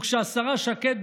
וכשהשרה שקד,